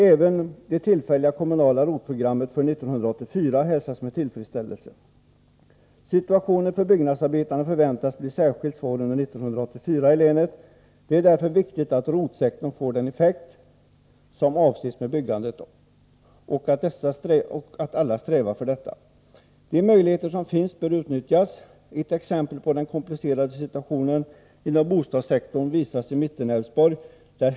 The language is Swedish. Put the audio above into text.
Även det tillfälliga kommunala ROT-programmet för år 1984 hälsas med tillfredsställelse. Situationen för byggnadsarbetarna i länet förväntas bli särskilt svår under 1984. Det är därför viktigt att ROT-sektorn får den effekt på byggandet som avses och att alla strävar i detta syfte. De möjligheter som finns bör utnyttjas. Ett exempel på den komplicerade situationen inom bostadssektorn finns i mellersta Älvsborg.